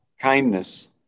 kindness